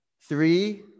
three